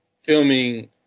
filming